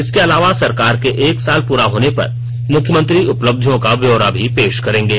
इसके अलावा सरकार को एक साल पूरा होने पर मुख्यमंत्री उपलब्धियों का ब्यौरा भी पेश करेंगे